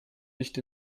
nicht